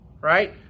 right